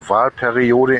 wahlperiode